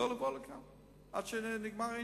לא לבוא לכאן עד שנגמר העניין.